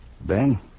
Ben